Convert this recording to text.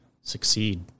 succeed